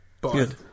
Good